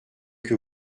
que